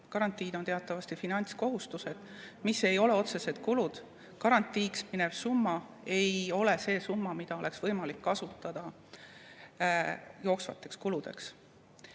Garantiid on teatavasti finantskohustused, mis ei ole otseselt kulud. Garantiiks minev summa ei ole see, mida oleks võimalik kasutada jooksvateks kuludeks.